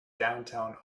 downtown